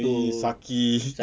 very sucky